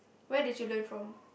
where did you learn from